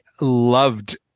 loved